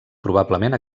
probablement